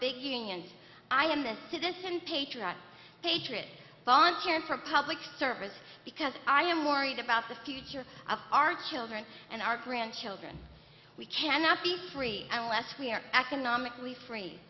big unions i am a citizen patriotic patriot volunteering for public service because i am worried about the future of our children and our grandchildren we cannot be free and less we are economically